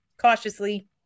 cautiously